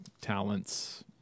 talents